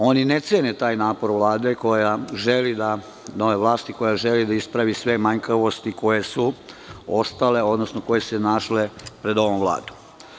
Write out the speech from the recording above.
Oni ne cene taj napor Vlade, nove vlasti, koja želi da ispravi sve manjkavosti koje su ostale, odnosno koje su se našle pred ovom vladom.